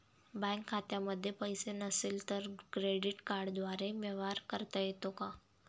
Bank खात्यामध्ये पैसे नसले तरी क्रेडिट कार्डद्वारे व्यवहार करता येतो का?